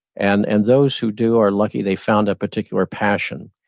and and those who do are lucky, they found a particular passion.